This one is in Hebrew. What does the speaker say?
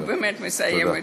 אני באמת מסיימת.